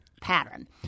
pattern